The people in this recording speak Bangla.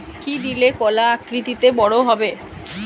কি দিলে কলা আকৃতিতে বড় হবে?